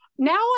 Now